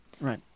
Right